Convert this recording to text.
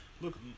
look